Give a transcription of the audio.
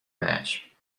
match